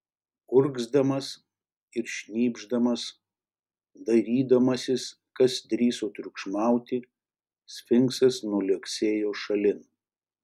urgzdamas ir šnypšdamas dairydamasis kas drįso triukšmauti sfinksas nuliuoksėjo šalin